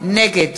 נגד